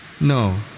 No